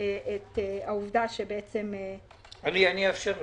העובדה --- אני אאפשר להם.